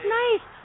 nice